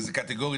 וזה קטגורית,